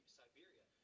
siberia